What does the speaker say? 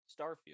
starfield